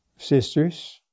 Sisters